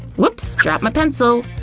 whoops! dropped my pencil!